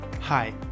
hi